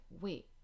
wait